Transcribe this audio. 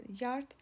yard